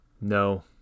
No